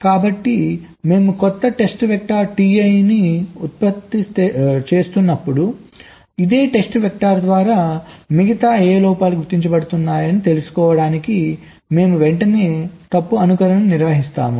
కాబట్టి మేము క్రొత్త టెస్ట్ వెక్టర్ Ti ని ఉత్పత్తి చేస్తున్నప్పుడు ఇదే టెస్ట్ వెక్టర్ ద్వారా మిగతా ఏ ఏ లోపాలు గుర్తించబడుతున్నాయని తెలుసుకోవడానికి మేము వెంటనే తప్పు అనుకరణను నిర్వహిస్తాము